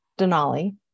Denali